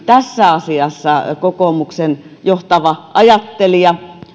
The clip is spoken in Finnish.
tässä asiassa kokoomuksen johtava ajattelija